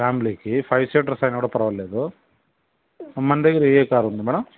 ఫ్యామిలీకి five seaters అయినా కూడా పరవాలేదు మన దగ్గర ఏ కారు ఉంది మేడం